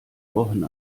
wochen